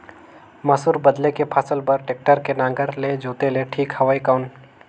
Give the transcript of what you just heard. मसूर बदले के फसल बार टेक्टर के नागर ले जोते ले ठीक हवय कौन?